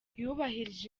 yubahirije